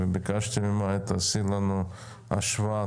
ביקשתי ממאיה לעשות לנו טבלה,